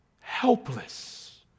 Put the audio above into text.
Helpless